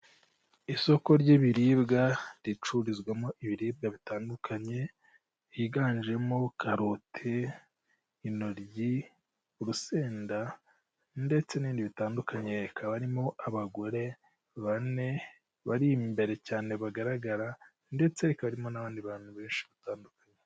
Isoko ry'ibiribwa ricururizwamo ibiribwa bitandukanye higanjemo karote, inoryi' urusenda, ndetse n'ibindi bitandukanye hakaba haririmo abagore bane bari imbere cyane bagaragara ndetse ikarimo n'abandi bantu benshi batandukanye.